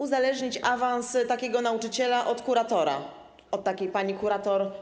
Uzależnić awans takiego nauczyciela od kuratora, od takiej pani kurator